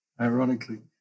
ironically